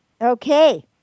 Okay